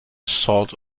sort